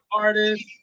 artist